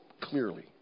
clearly